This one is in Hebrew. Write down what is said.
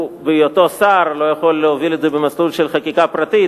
הוא בהיותו שר לא יכול להוביל את זה במסלול של חקיקה פרטית,